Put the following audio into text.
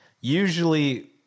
usually